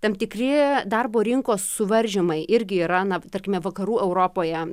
tam tikri darbo rinkos suvaržymai irgi yra na tarkime vakarų europoje